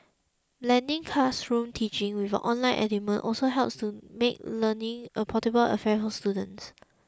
blending classroom teaching with an online element also helps to make learning a portable affair for students